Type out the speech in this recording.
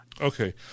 okay